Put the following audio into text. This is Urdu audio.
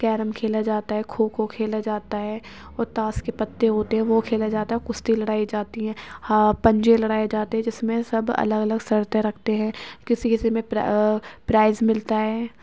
کیرم کھیلا جاتا ہے کھو کھو کھیلا جاتا ہے اور تاش کے پتے ہوتے ہیں وہ کھیلا جاتا ہے اور کشتی لڑائی جاتی ہے ہاں پنجے لڑائے جاتے ہیں جس میں سب الگ الگ شرطیں رکھتے ہیں کسی کسی میں پرائز ملتا ہے